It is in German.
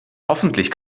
hoffentlich